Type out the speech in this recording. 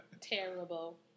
Terrible